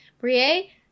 Brie